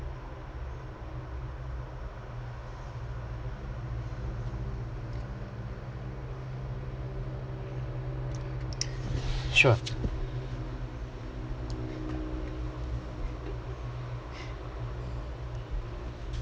sure